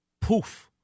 poof